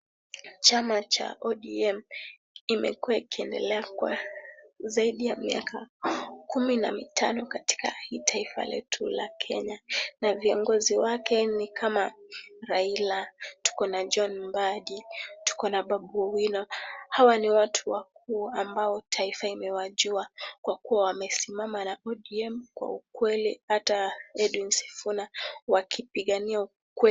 Chama cha ODM imekua ikiendelea kwa zaidi ya miaka kumi na mitano katika hii taifa letu la Kenya na viongozi wake ni kama Raila, tuko na John Mbadi, tuko na Babu Owino. Hawa ni watu wakuu ambao taifa imewajua kwa kuwa wamesimama na ODM kwa ukweli hata Edwin Sifuna wakipigania ukweli.